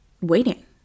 waiting